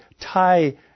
tie